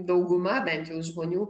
dauguma bent jau žmonių